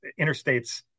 interstates